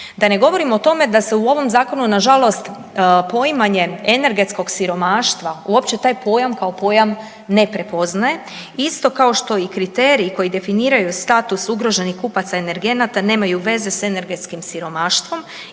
Da ne govorim o tome da se u ovom zakonu, nažalost poimanje energetskog siromaštva, uopće taj pojam kao pojam ne prepoznaje, isto kao što i kriteriji koji definiraju status ugroženih kupaca energenata nemaju veze s energetskim siromaštvom